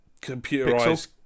computerized